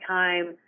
time